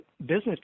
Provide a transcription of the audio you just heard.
business